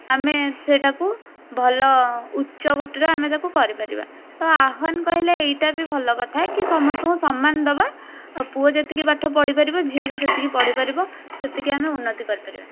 ଆମେ ସେଇଟାକୁ ଭଲ ଉଚ୍ଚକୋଟିର ଆମେ ତାକୁ କରିପାରିବା ତ ଆହ୍ୱାନ କହିଲେ ଏଇଟା ବି ଭଲ କଥା କି ସମସ୍ତଙ୍କୁ ସମାନ ଦେବା ଆଉ ପୁଅ ଯେତିକି ପାଠ ପଢ଼ିପାରିବ ଝିଅ ବି ସେତିକି ପଢ଼ିପାରିବ ସେତିକି ଆମେ ଉନ୍ନତି କରିପାରିବା